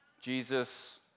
Jesus